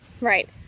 right